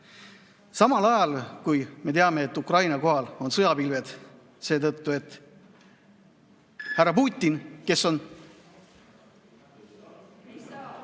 Samal ajal me teame, et Ukraina kohal on sõjapilved, seetõttu et härra Putin, kes on ...